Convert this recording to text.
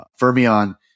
Fermion